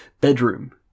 Bedroom